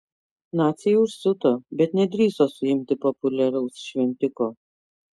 naciai užsiuto bet nedrįso suimti populiaraus šventiko